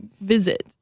visit